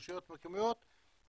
רשויות מקומיות וגם,